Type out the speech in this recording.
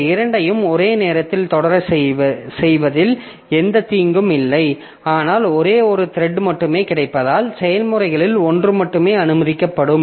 இந்த இரண்டையும் ஒரே நேரத்தில் தொடரச் செய்வதில் எந்தத் தீங்கும் இல்லை ஆனால் ஒரே ஒரு த்ரெட் மட்டுமே கிடைப்பதால் செயல்முறைகளில் ஒன்று மட்டுமே அனுமதிக்கப்படும்